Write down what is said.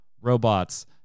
robots